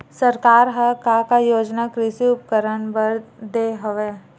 सरकार ह का का योजना कृषि उपकरण बर दे हवय?